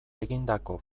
egindako